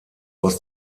aus